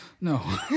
no